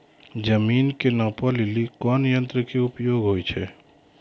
जमीन के नापै लेली कोन यंत्र के उपयोग होय छै?